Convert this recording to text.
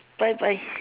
bye bye